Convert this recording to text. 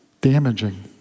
damaging